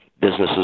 Businesses